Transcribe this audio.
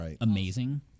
amazing